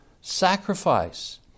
sacrifice